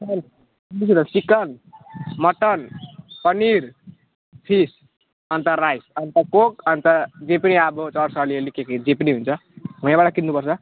तिमी के ल्याउँछौँ chicken mutton paneer fish and rice and Coke and जे पनि अब चल्छ अलिअलि के के जे पनि हुन्छ वहीँबाट किन्नुपर्छ